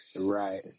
Right